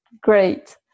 Great